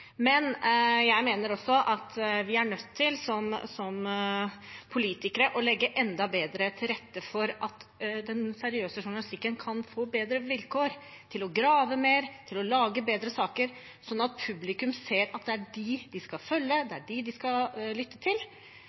er nødt til å legge enda bedre til rette for at den seriøse journalistikken kan få bedre vilkår til å grave mer og lage bedre saker, sånn at publikum ser at det er den de skal følge og lytte til – at det er medisinen. Da må vi rett og slett bruke mer penger og støtte opp under de